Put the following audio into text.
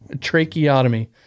tracheotomy